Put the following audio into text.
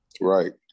Right